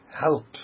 help